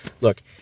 Look